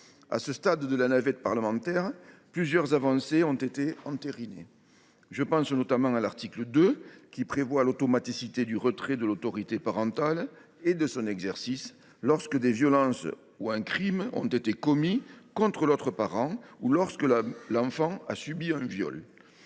À ce stade de la navette parlementaire, plusieurs avancées ont été entérinées. Je pense notamment à l’article 2, qui prévoit l’automaticité du retrait de l’autorité parentale et de son exercice, lorsque des violences ou un crime ont été commis contre l’autre parent ou lorsque l’enfant a subi un viol.